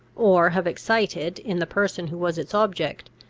or have excited, in the person who was its object,